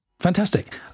Fantastic